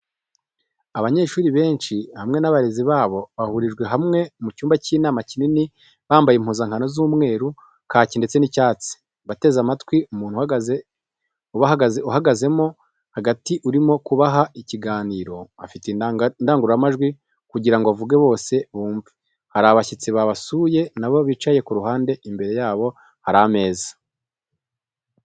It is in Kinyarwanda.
Abanyeshuri benshi hamwe n'abarezi babo, bahurijwe hamwe mu cyumba cy'inama kinini, bambaye impuzankano z'umweru, kaki ndetse n'icyatsi, bateze amatwi umuntu uhagazemo hagati urimo kubaha ikiganiro afite indangururamajwi kugira ngo avuge bose bumve, hari abashyitsi babasuye nabo bicaye ku ruhande imbere yabo hari ameza.